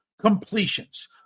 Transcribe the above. completions